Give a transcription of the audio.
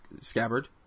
scabbard